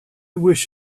wish